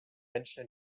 menschen